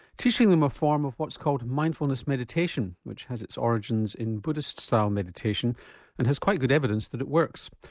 teaching them a form of what's called mindfulness meditation, which has its origins in buddhist style meditation and has quite good evidence that it works.